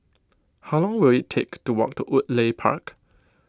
how long will it take to walk to Woodleigh Park